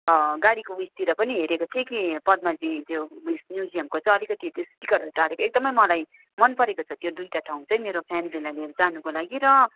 गाडीको उयोतिर पनि हेरेको थिएँ कि पद्माजी त्यो उयो म्युजियमको चाहिँ अलिकिति त्यस टिकटहरू टालेको एकदमै मलाई मन परेको छ त्यो दुइवटा ठाउँ चाहिँ मेरो फ्यामिलीहरूलाई लिएर जानुको लागि र